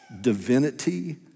divinity